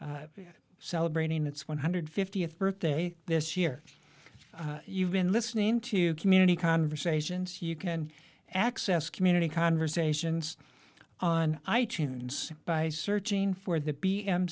celebrating its one hundred fiftieth birthday this year you've been listening to community conversations you can access community conversations on i tunes by searching for the b m